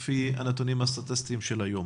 זה לפי הנתונים הסטטיסטיים של היום